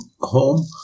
home